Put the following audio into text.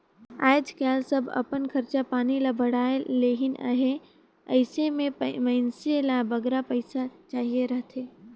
आएज काएल सब अपन खरचा पानी ल बढ़ाए लेहिन अहें अइसे में मइनसे मन ल बगरा पइसा चाहिए रहथे